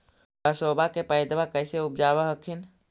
सरसोबा के पायदबा कैसे उपजाब हखिन?